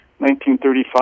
1935